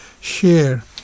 share